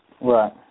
Right